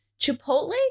Chipotle